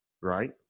right